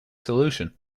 solution